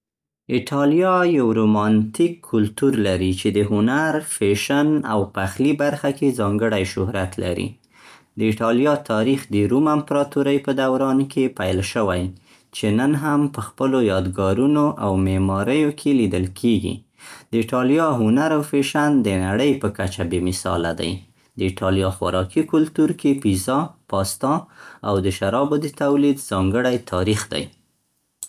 ایټالیا یو رومانټیک کلتور لري چې د هنر، فیشن، او پخلي برخه کې ځانګړی شهرت لري. د ایټالیا تاریخ د روم امپراتورۍ په دوران کې پیل شوی، چې نن هم په خپلو یادګارونو او معماریو کې لیدل کیږي. د ایټالیا هنر او فیشن د نړۍ په کچه بې مثاله دی. د ایټالیا خوراکي کلتور کې پیزا، پاستا او د شرابو د تولید ځانګړی تاریخ دی.